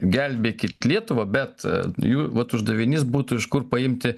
gelbėkit lietuvą bet jų vat uždavinys būtų iš kur paimti